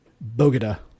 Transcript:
bogota